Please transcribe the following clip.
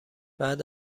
بعد